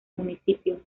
municipio